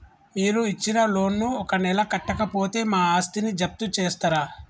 మీరు ఇచ్చిన లోన్ ను ఒక నెల కట్టకపోతే మా ఆస్తిని జప్తు చేస్తరా?